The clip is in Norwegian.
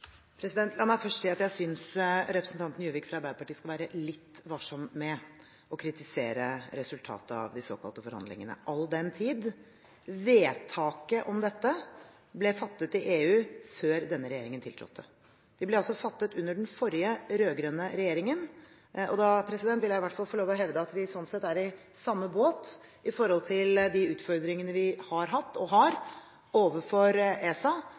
La meg først si at jeg synes representanten Juvik fra Arbeiderpartiet skal være litt varsom med å kritisere resultatet av de såkalte forhandlingene, all den tid vedtaket om dette ble fattet i EU før denne regjeringen tiltrådte. Det ble altså fattet under den forrige rød-grønne regjeringen, og da vil jeg i hvert fall få lov å hevde at vi sånn sett er i samme båt med hensyn til de utfordringene vi har hatt, og har, overfor ESA,